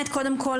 קודם כל,